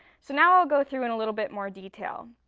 so now i'll go through in a little bit more detail.